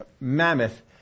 mammoth